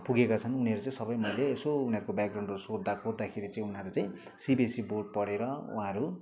पुगेका छन् उनीहरू चाहिँ सबै मैले यसो उनीहरूको ब्याकग्राउन्डहरू सोद्धा खोज्दा चाहिँ उनीहरू चाहिँ सिबिएससी बोर्ड पढेर उहाँहरू